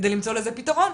כדי למצוא לזה פתרון.